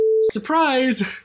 Surprise